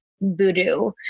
voodoo